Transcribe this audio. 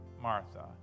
Martha